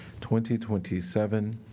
2027